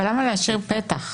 אבל למה להשאיר פתח?